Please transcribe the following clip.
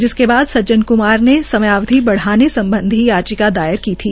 जिसके बाद सज्जन कुमार ने समयवधि बढ़ाने सम्बधि याचिका दायर की थी